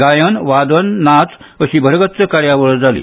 गायन वादन नाच अशी भरगच्च कार्यावळ जाली